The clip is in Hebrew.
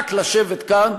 רק לשבת כאן,